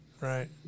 Right